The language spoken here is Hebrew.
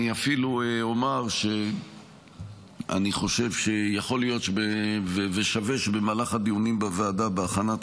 אפילו אומר שאולי יכול להיות ששווה שבמהלך הדיונים בוועדה בהכנת